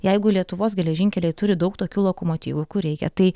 jeigu lietuvos geležinkeliai turi daug tokių lokomotyvų kur reikia tai